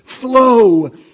flow